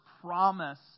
promise